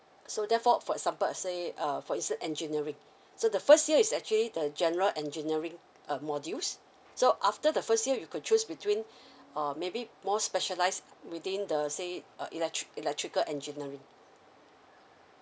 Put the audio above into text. so therefore for example I say uh for ISE engineering so the first year is actually the general engineering uh modules so after the first year you could choose between uh maybe more specialised within the say uh electric electrical engineering